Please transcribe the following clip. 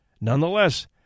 Nonetheless